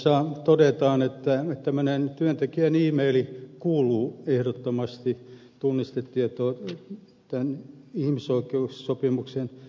siinä todetaan että työntekijän e meili kuuluu ehdottomasti ihmisoikeussopimuksen yksityisyyden piiriin